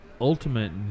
ultimate